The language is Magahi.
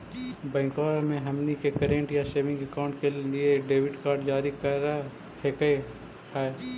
बैंकवा मे हमनी के करेंट या सेविंग अकाउंट के लिए डेबिट कार्ड जारी कर हकै है?